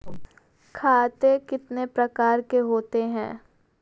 खाते कितने प्रकार के होते हैं?